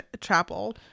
chapel